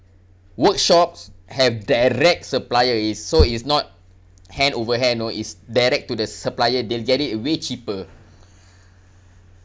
workshops have direct supplier is so is not hand over hand no is direct to the supplier they'll get it way cheaper